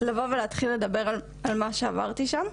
לבוא ולהתחיל לדבר על מה שעברתי שם.